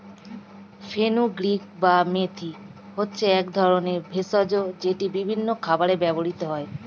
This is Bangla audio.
ফেনুগ্রীক বা মেথি হচ্ছে এক রকমের ভেষজ যেটি বিভিন্ন খাবারে ব্যবহৃত হয়